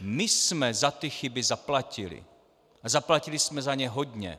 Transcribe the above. My jsme za ty chyby zaplatili a zaplatili jsme za ně hodně.